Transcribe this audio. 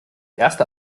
erste